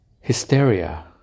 Hysteria